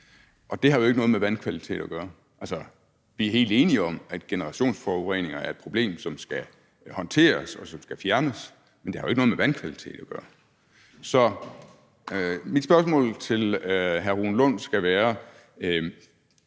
og det har jo ikke noget med vandkvalitet at gøre. Altså, vi er helt enige om, at generationsforureninger er et problem, som skal håndteres, og som skal fjernes, men det har jo ikke noget med vandkvalitet at gøre. Så mit spørgsmål til hr. Rune Lund skal være: